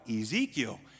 Ezekiel